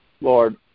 Lord